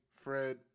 Fred